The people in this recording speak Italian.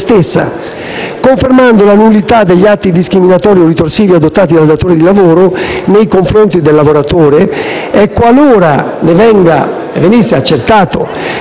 stessa, confermando la nullità degli atti discriminatori o ritorsivi adottati dal datore di lavoro nei confronti del lavoratore. E, qualora ne venga accertato